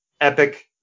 epic